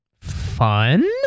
Fun